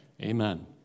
Amen